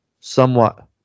somewhat